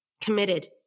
committed